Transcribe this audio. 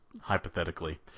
hypothetically